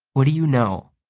what do you know?